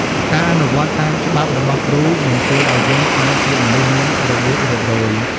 ការអនុវត្តតាម «ច្បាប់» របស់គ្រូ នឹងជួយឱ្យយើងក្លាយជាមនុស្សមានរបៀបរៀបរយ។